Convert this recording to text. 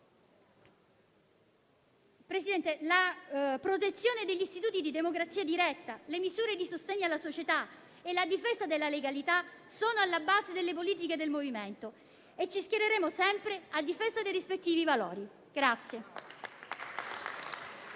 Presidente, la protezione degli istituti di democrazia diretta, le misure di sostegno alla società e la difesa della legalità sono alla base delle politiche del MoVimento e ci schiereremo sempre a difesa dei rispettivi valori.